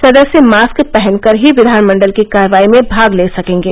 सदस्य मॉस्क पहनकर ही विधानमण्डल की कार्यवाही में भाग ले सकेंगे